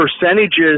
percentages